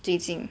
最近